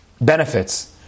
benefits